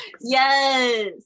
Yes